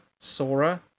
Sora